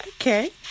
Okay